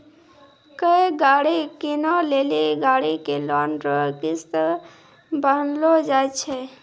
कोय गाड़ी कीनै लेली गाड़ी के लोन रो किस्त बान्हलो जाय छै